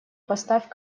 поставь